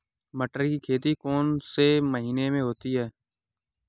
मटर की खेती कौन से महीने में होती है?